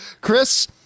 Chris